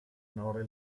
onore